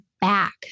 back